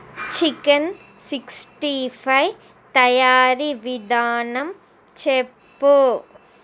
chicken sixty five తయారీ విధానం చెప్పు